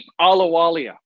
Alawalia